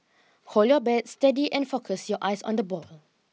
hold your bat steady and focus your eyes on the ball